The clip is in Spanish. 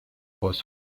pozo